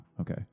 Okay